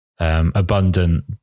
Abundant